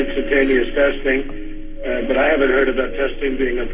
instantaneous testing. but i haven't heard about testing being and